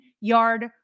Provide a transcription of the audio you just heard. yard